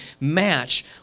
match